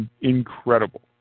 incredible